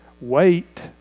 Wait